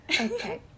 Okay